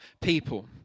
people